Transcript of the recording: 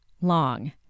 long